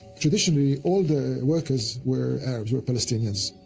traditionally, all the workers were arabs, were palestinians.